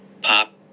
Pop